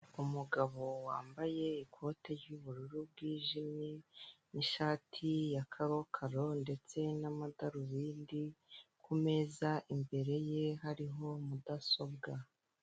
Umugabo wambaye ikote ry'ubururu bwijimye, n'ishati ya karokaro ndetse n'amadarubindi, ku meza imbere ye hariho mudasobwa.